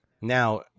now